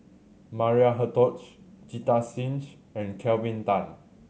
Maria Hertogh Jita Singh and Kelvin Tan